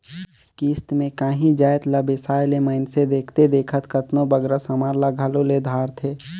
किस्त में कांही जाएत ला बेसाए ले मइनसे देखथे देखत केतनों बगरा समान ल घलो ले धारथे